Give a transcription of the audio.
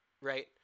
right